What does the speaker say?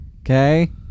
Okay